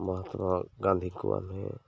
ମହାତ୍ମା ଗାନ୍ଧୀକୁ ଆମେ